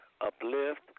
uplift